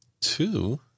Two